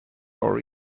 our